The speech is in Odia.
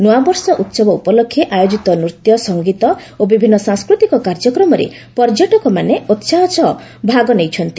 ନୂଆବର୍ଷ ଉହବ ଉପଲକ୍ଷେ ଆୟୋଜିତ ନୂତ୍ୟ ସଙ୍ଗୀତ ଓ ବିଭିନ୍ନ ସାଂସ୍କୃତିକ କାର୍ଯ୍ୟକ୍ରମରେ ପର୍ଯ୍ୟଟକମାନେ ଉତ୍ସାହ ସହ ଭାଗ ନେଇଛନ୍ତି